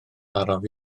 araf